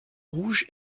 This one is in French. rouge